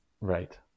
Right